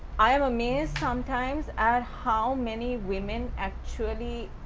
i am amazed sometimes at how many women actually.